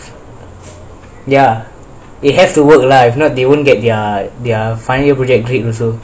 ya they have to work lah if not they won't get their their final year project grade also